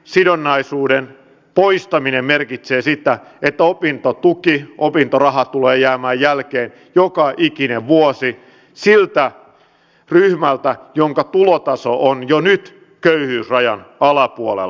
indeksisidonnaisuuden poistaminen merkitsee sitä että opintotuki opintoraha tulee jäämään jälkeen joka ikinen vuosi siltä ryhmältä jonka tulotaso on jo nyt köyhyysrajan alapuolella